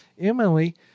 Emily